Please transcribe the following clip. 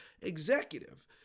executive